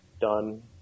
done